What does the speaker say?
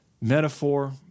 metaphor